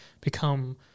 become